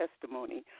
testimony